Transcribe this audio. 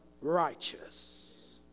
righteous